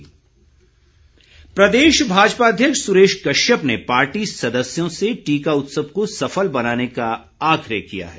appeal प्रदेश भाजपा अध्यक्ष सुरेश कश्यप ने पार्टी सदस्यों से टीका उत्सव को सफल बनाने का आग्रह किया है